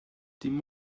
dim